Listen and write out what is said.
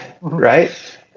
right